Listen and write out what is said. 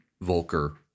Volker